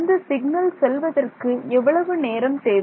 இந்த சிக்னல் செல்வதற்கு எவ்வளவு நேரம் தேவை